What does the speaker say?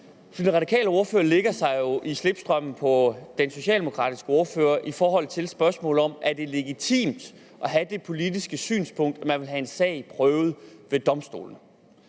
den radikale ordfører lægger sig jo i slipstrømmen på den socialdemokratiske ordfører i forhold til spørgsmålet om, om det er legitimt at have det politiske synspunkt, at man vil have en sag prøvet ved Domstolen.